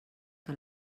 que